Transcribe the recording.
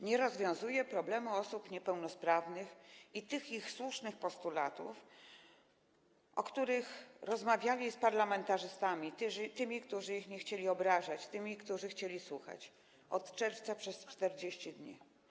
Nie rozwiązuje problemu osób niepełnosprawnych i tych ich słusznych postulatów, o których rozmawiały z parlamentarzystami, tymi, którzy nie chcieli ich obrażać, tymi, którzy chcieli słuchać, od czerwca przez 40 dni.